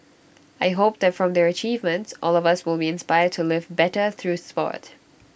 I hope that from their achievements all of us will be inspired to live better through Sport